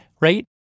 right